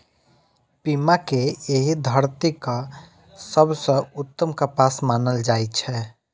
पीमा कें एहि धरतीक सबसं उत्तम कपास मानल जाइ छै